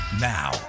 now